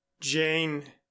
jane